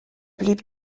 blieb